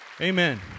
Amen